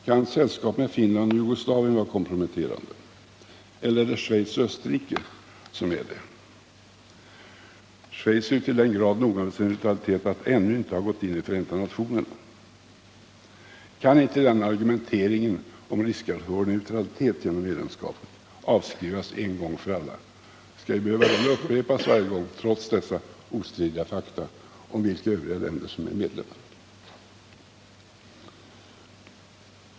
Kan sällskap med Finland och Jugoslavien vara komprometterande? Eller är det sällskap med Schweiz och Österrike som är det? Schweiz är ju så till den grad noga med sin neutralitet, att det ännu inte gått med i Förenta nationerna. Kan inte den argumenteringen, om risker för vår neutralitet genom medlemskapet, avskrivas en gång för alla? Skall den behöva upprepas varje gång vi debatterar frågan trots ostridiga fakta om vilka övriga länder som är medlemmar?